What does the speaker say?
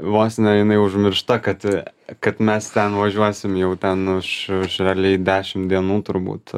vos ne jinai užmiršta kad kad mes ten važiuosim jau ten už čia realiai dešim dienų turbūt